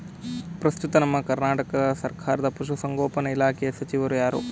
ಪ್ರಸ್ತುತ ನಮ್ಮ ಕರ್ನಾಟಕ ಸರ್ಕಾರದ ಪಶು ಸಂಗೋಪನಾ ಇಲಾಖೆಯ ಸಚಿವರು ಯಾರು?